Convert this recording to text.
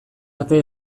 arte